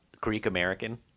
Greek-American